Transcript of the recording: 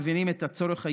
המבינים את הצורך הייעודי,